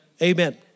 Amen